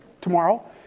tomorrow